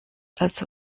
also